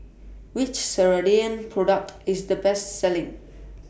Which Ceradan Product IS The Best Selling